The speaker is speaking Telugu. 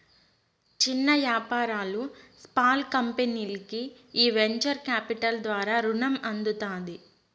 చిన్న యాపారాలు, స్పాల్ కంపెనీల్కి ఈ వెంచర్ కాపిటల్ ద్వారా రునం అందుతాది